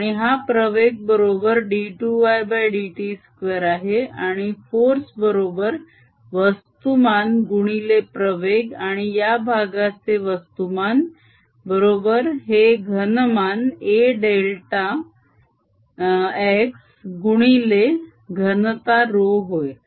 आणि हा प्रवेग बरोबर d2ydt2 आहे आणि फोर्स बरोबर वस्तुमान गुणिले प्रवेग आणि या भागाचे वस्तुमान बरोबर हे घनमान A डेल्टा x गुणिले घनता ρ होय